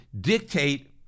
dictate